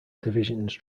divisions